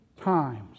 times